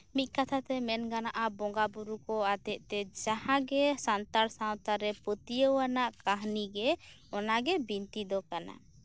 ᱢᱤᱫ ᱠᱟᱛᱷᱟ ᱛᱮ ᱢᱮᱱᱜᱟᱱᱚᱜ ᱟ ᱵᱚᱸᱜᱟ ᱵᱳᱨᱳ ᱟᱛᱮᱜ ᱛᱮ ᱡᱟᱦᱟᱸᱜᱮ ᱥᱟᱱᱛᱟᱲ ᱥᱟᱶᱛᱟᱨᱮ ᱯᱟᱹᱛᱭᱟᱹᱣ ᱟᱱᱟᱜ ᱠᱟᱹᱦᱱᱤ ᱜᱮ ᱚᱱᱟᱜᱮ ᱵᱤᱱᱛᱤ ᱫᱚ ᱠᱟᱱᱟ